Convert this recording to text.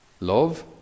Love